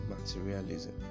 materialism